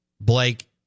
Blake